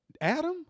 Adam